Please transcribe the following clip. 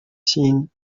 seen